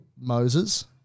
Moses